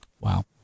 Wow